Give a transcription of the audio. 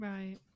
Right